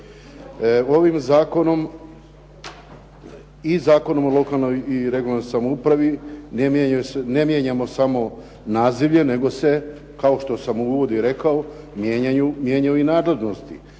Ovim zakonom i Zakonom o lokalnoj i regionalnoj samoupravi ne mijenjamo samo nazivlje nego se kao što sam u uvodu i rekao mijenjao i nadležnosti.